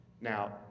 Now